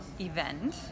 event